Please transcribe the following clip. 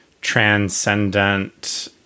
transcendent